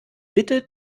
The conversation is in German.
bitte